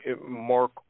Mark